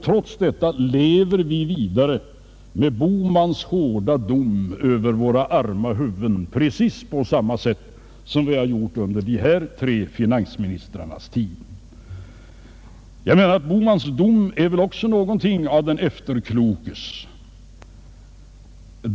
Trots detta lever vi vidare med herr Bohmans hårda dom över våra arma huvuden, precis på samma sätt som vi gjort under dessa tre finansministrars tid. Herr Bohmans dom är också någonting av den efterklokes.